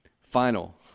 final